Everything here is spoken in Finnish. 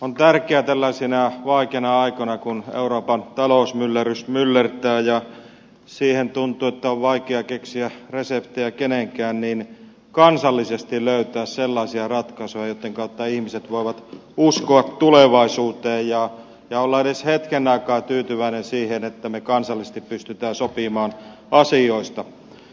on tärkeää tällaisina vaikeina aikoina kun euroopan talousmyllerrys myllertää ja tuntuu että siihen on vaikea keksiä reseptejä kenenkään kansallisesti löytää sellaisia ratkaisuja joitten kautta ihmiset voivat uskoa tulevaisuuteen ja olla edes hetken aikaa tyytyväisiä siihen että me kansallisesti pystymme sopimaan asioista